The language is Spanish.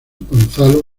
gonzalo